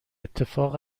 اتفاق